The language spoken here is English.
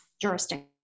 jurisdiction